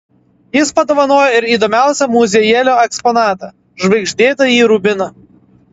jis padovanojo ir įdomiausią muziejėlio eksponatą žvaigždėtąjį rubiną